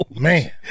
Man